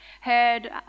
heard